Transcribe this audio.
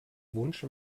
wunsch